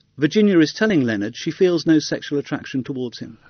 virginia is telling leonard she feels no sexual attraction towards him.